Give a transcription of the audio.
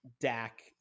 Dak